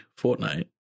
Fortnite